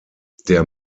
der